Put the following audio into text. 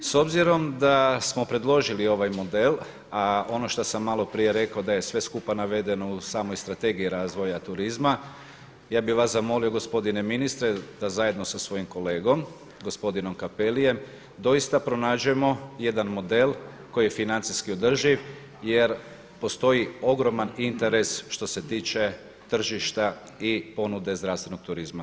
S obzirom da smo predložili ovaj model a ono što sam maloprije rekao da je sve skupa navedeno u samoj strategiji razvoja turizma ja bi vas zamolio gospodine ministre da zajedno sa svojim kolegom gospodinom Cappelliem doista pronađemo jedan model koji je financijski održiv jer postoji ogroman interes što se tiče tržište i ponude zdravstvenog turizma.